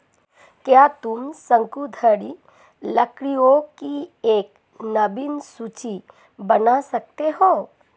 क्या तुम शंकुधारी लकड़ियों की एक नवीन सूची बना सकते हो?